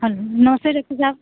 hello नमस्ते doctor साहब